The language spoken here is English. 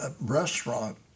restaurant